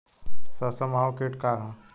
सरसो माहु किट का ह?